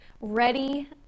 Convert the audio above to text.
ready